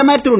பிரதமர் திரு